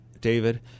David